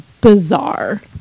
bizarre